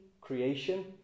Creation